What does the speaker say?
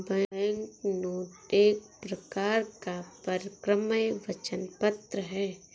banknote एक प्रकार का परक्राम्य वचन पत्र है